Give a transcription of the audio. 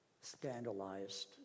scandalized